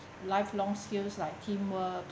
lifelong skills like teamwork